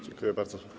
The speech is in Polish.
Dziękuję bardzo.